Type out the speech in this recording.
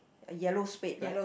a yellow spade right